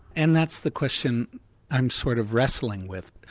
and that's the question i'm sort of wrestling with.